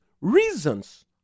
reasons